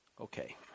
Okay